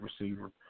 receiver